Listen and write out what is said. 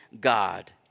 God